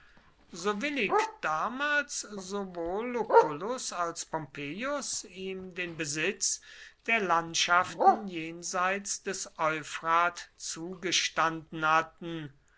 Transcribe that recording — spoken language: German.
so willig damals sowohl lucullus als pompeius ihm den besitz der landschaften jenseits des euphrat zugestanden hatten